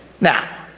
Now